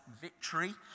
Victory